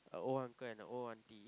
a old uncle and a old aunty